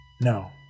No